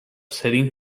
setting